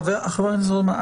חבר הכנסת רוטמן,